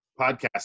podcast